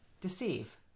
Deceive